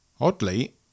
Oddly